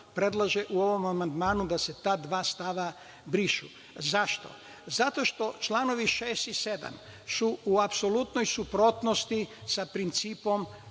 predlaže u ovom amandmanu da se ta dva stava brišu.Zašto? Zato što čl. 6. i 7. su u apsolutnoj suprotnosti sa principom